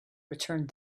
returned